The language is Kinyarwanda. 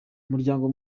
umuryango